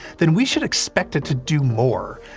then we should expect it to do more.